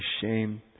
shame